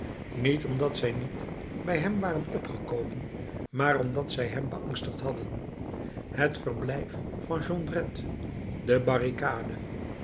niet omdat zij niet bij hem waren opgekomen maar omdat zij hem beangstigd hadden het verblijf van jondrette de barricade